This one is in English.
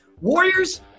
Warriors